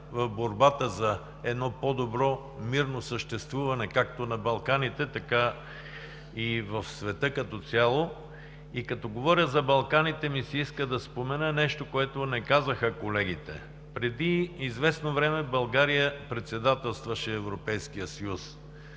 в борбата за едно по-добро мирно съществуване както на Балканите, така и в света като цяло. Като говоря за Балканите, ми се иска да спомена нещо, което колегите не казаха: преди известно време България председателстваше Европейския съюз.